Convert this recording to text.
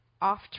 off